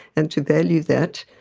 and to value that,